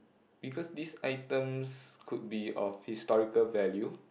because these items could be of historical value